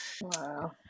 Wow